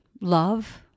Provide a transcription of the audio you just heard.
love